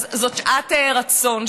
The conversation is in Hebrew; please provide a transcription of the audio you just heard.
אז זו שעת רצון,